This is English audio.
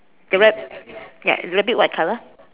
the rab~ ya rabbit white color